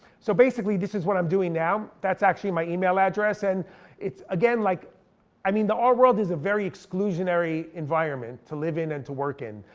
so basically this is what i'm doing now. that's actually my email address. and again, like i mean the art world is a very exclusionary environment to live in and to work in.